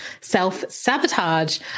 self-sabotage